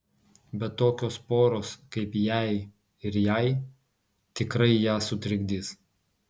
bet tokios poros kaip jei ir jai tikrai ją sutrikdys